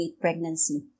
pregnancy